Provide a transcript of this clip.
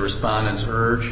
respondents heard